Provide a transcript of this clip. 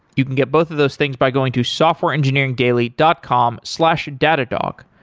you can get both of those things by going to softwareengineeringdaily dot com slash datadog.